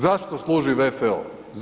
Zašto služi VFO?